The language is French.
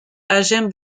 agen